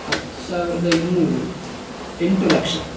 ಹತ್ತು ಸಾವಿರದ ಇನ್ನೂರು ಎಂಟು ಲಕ್ಷ